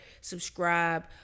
subscribe